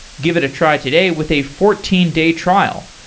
give it a try today with a fourteen day trial.